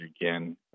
again